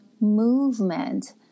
movement